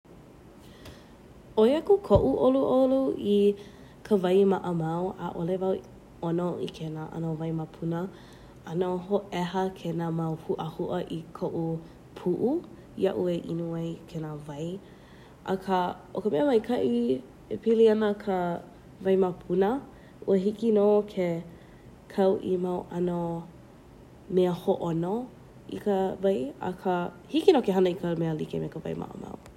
Oia kū koʻu ʻoluʻolu i ka wai maʻamau ʻaʻole wau ʻono i kēnā ano waimapuna ʻano hōʻeha kēnā mau puʻahuʻa i koʻu puʻu iaʻoe inu wai kēlā wai akā o ka mea maikaʻi e pili ana ka waimapuna ua hiki no ke kau i mau ʻano mea hoʻono, i ka wai akā hiki nō ka hana mea like me ka wai maʻamau.